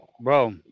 Bro